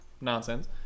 nonsense